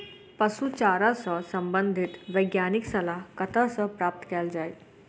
पशु चारा सऽ संबंधित वैज्ञानिक सलाह कतह सऽ प्राप्त कैल जाय?